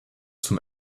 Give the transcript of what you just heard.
zum